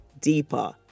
deeper